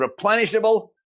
replenishable